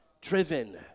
Driven